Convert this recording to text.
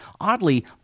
oddly